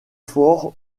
fort